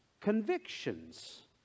convictions